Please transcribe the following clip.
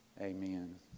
Amen